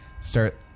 start